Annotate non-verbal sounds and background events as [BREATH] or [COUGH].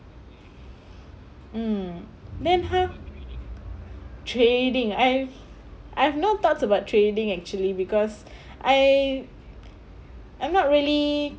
hmm then ha trading I've I have no thoughts about trading actually because [BREATH] I I'm not really